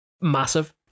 massive